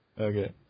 okay